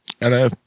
Hello